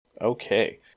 Okay